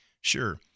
Sure